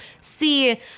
see